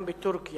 גם בטורקיה,